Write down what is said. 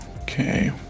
Okay